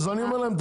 אני אומר להם,